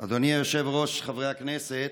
אדוני היושב-ראש, חברי הכנסת,